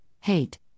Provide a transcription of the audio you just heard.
hate